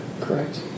Correct